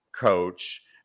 coach